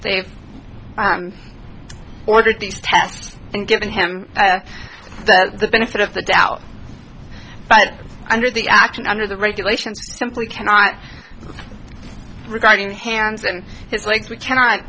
have ordered these tests and given him the benefit of the doubt but under the action under the regulations simply cannot regarding his hands and his legs we cannot